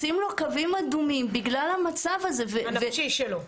לשים לו קווים אדומים בגלל המצב הזה --- המצב הנפשי שלו?